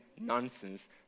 nonsense